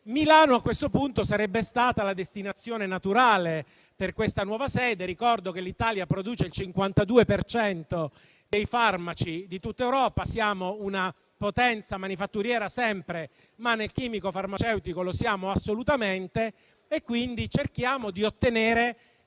Milano, a questo punto, sarebbe stata la destinazione naturale per la nuova sede. Ricordo che l'Italia produce il 52 per cento dei farmaci di tutta Europa. Siamo una potenza manifatturiera sempre, ma nel chimico farmaceutico lo siamo assolutamente. Quindi cerchiamo di ottenere